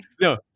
No